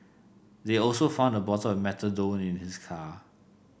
they also found a bottle of methadone in his car